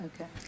okay